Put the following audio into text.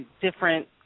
different